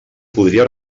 podria